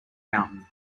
fountain